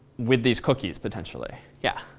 with this cookie's potentially, yeah?